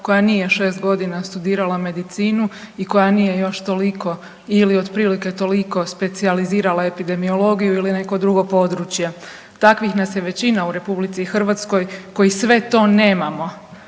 koja nije 6 godina studirala medicinu i koja nije još toliko ili otprilike toliko specijalizirala epidemiologiju ili neko drugo područje. Takvih nas je većina u Republici Hrvatskoj koji sve to nemamo.